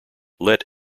let